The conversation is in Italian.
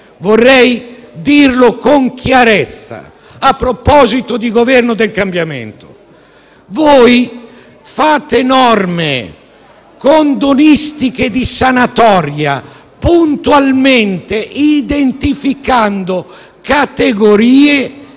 vorrei dire con chiarezza, a proposito di Governo del cambiamento: voi fate norme condonistiche di sanatoria, puntualmente identificando categorie